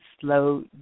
slow